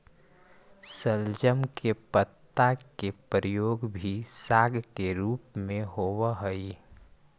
शलजम के पत्ता के प्रयोग भी साग के रूप में होव हई